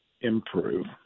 improve